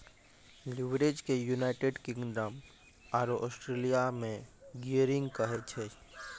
leverage के United Kingdom आरो Australia मे गियरिंग कहै छै